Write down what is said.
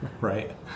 right